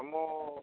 ଆମ